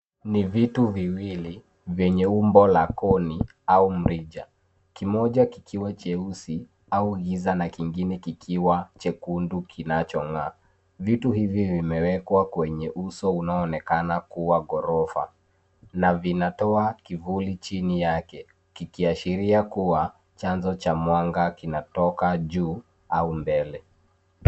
Ni vitu viwili vyenye umbo la koni au mrija, kimoja kikiwa cheusi au giza na kingine kikiwa chekundu kinachong'aa. Vitu hivi vimewekwa kwenye uso unaoonekana kuwa ghorofa na vinatoa kivuli chini yake kikiashiria kuwa chanzo cha mwanga kinatoka juu au mbele.